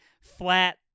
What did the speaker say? flat